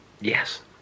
yes